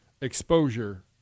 exposure